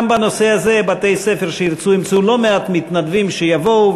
גם בנושא הזה בתי-ספר שירצו ימצאו לא מעט מתנדבים שיבואו,